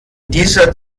dieser